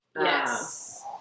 Yes